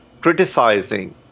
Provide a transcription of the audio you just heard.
criticizing